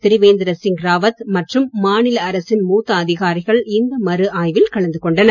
திரிவேந்திர சிங் ராவத் மற்றும் மாநில அரசின் மூத்த அதிகாரிகள் இந்த மறு ஆய்வில் கலந்து கொண்டனர்